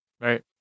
Right